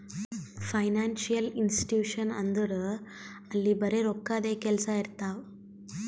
financial institution ಅಂದುರ್ ಅಲ್ಲಿ ಬರೆ ರೋಕ್ಕಾದೆ ಕೆಲ್ಸಾ ಇರ್ತಾವ